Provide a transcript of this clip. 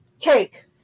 Cake